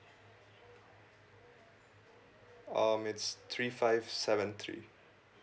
um it's three five seven three